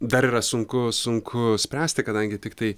dar yra sunku sunku spręsti kadangi tiktai